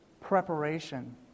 preparation